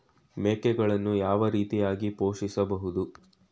ಮೇಕೆಗಳನ್ನು ಯಾವ ರೀತಿಯಾಗಿ ಪೋಷಿಸಬಹುದು?